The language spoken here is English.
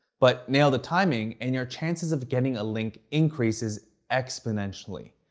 but nail the timing, and your chances of getting a link increases exponentially.